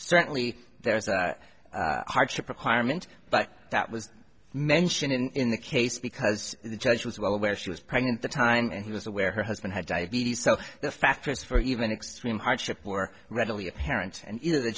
certainly there's a hardship requirement but that was mentioned in the case because the judge was well aware she was pregnant at the time and he was aware her husband had diabetes so the factors for even extreme hardship were readily apparent and